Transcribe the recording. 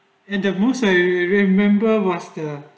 and the most i remember was the